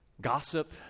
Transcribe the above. Gossip